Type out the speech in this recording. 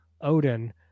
odin